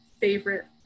favorite